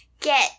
get